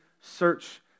search